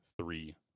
three